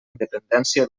independència